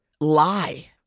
lie